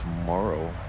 tomorrow